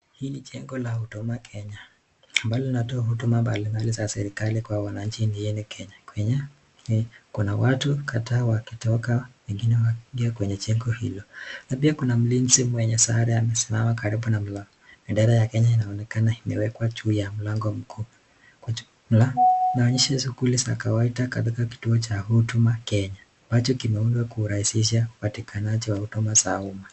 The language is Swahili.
Hii ni jengo la Huduma Kenya, ambalo linatoa huduma mbalimbali za serikali kwa wananchi iende kwa Wakenya. Kuna watu kadhaa wakitoka wengine wakiingia kwenye jengo hilo pia kuna mlinzi mwenye sare amesimama karibu na mlango. Bendera ya Kenya inaonekana imewekwa juu ya mlango mkuu. Kwa jumla inaonyesha shughuli za kawaida katika kituo cha Huduma Kenya ambacho kimeundwa kurahisishwa upatikanaji wa huduma nchini Kenya.